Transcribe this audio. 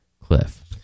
Cliff